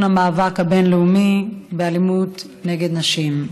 המאבק הבין-לאומי באלימות נגד נשים.